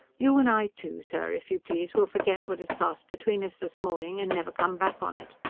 you and i, too, sir, if you please, will forget what has passed between us this morning, and never come back on it.